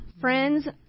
Friends